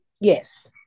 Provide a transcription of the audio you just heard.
Yes